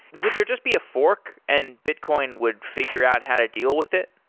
would there just be a fork and bitcoin would figure out how to deal with it?